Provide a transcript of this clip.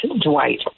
Dwight